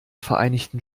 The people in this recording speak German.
vereinigten